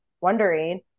wondering